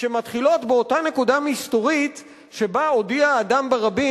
שמתחילות מאותה נקודה מסתורית שבה הודיע אדם ברבים,